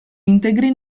integri